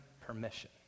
permission